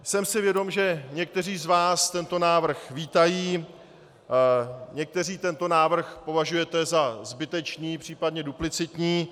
Jsem si vědom, že někteří z vás tento návrh vítají, někteří tento návrh považujete za zbytečný, případně duplicitní.